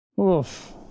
Oof